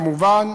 כמובן,